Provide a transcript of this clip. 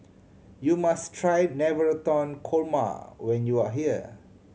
you must try Navratan Korma when you are here